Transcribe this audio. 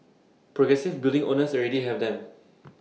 progressive building owners already have them